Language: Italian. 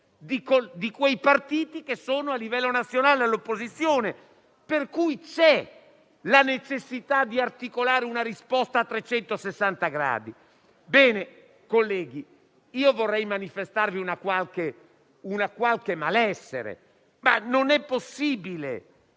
di quei partiti che a livello nazionale sono all'opposizione, per cui c'è la necessità di articolare una risposta a 360 gradi. Colleghi, io vorrei manifestarvi qualche malessere: non è possibile